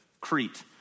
Crete